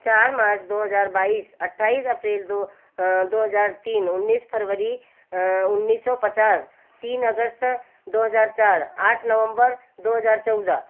चार मार्च दो हजार बाईस अट्ठाईस अप्रैल दो दो हजार तीन उन्नीस फरवरी उन्नीस सौ पचास तीन अगस्त दो हजार चार आठ नवम्बर दो हजार चौदह